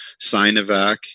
Sinovac